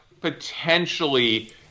potentially